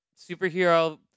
superhero